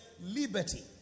liberty